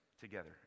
together